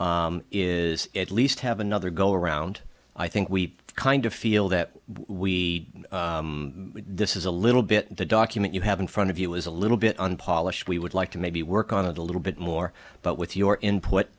probably is at least have another go around i think we kind of feel that we this is a little bit the document you have in front of you is a little bit unpolished we would like to maybe work on a little bit more but with your input